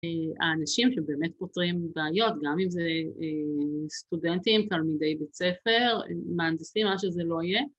האנשים שבאמת פותרים בעיות, גם אם זה סטודנטים, תלמידי בית ספר, מהנדסים מה שזה לא יהיה